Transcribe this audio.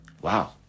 Wow